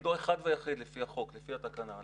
תפקידו אחד ויחיד, לפי החוק, לפי התקנה,